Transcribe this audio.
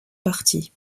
parti